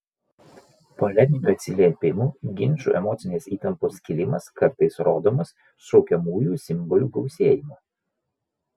poleminių atsiliepimų ginčų emocinės įtampos kilimas kartais rodomas šaukiamųjų simbolių gausėjimu